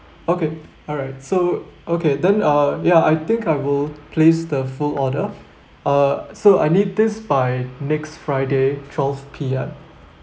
okay alright so okay then uh ya I think I will place the full order uh so I need this by next friday twelve P_M